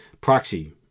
proxy